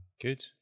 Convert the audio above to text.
Good